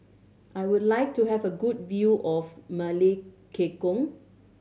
I would like to have a good view of Melekeok